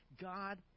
God